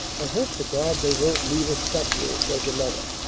i hope to god they won't leave us stuck here, says another.